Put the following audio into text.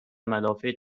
ملافه